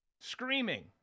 screaming